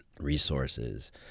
resources